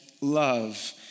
love